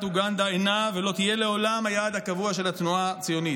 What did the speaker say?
אוגנדה אינה ולא תהיה לעולם היעד הקבוע של התנועה הציונית.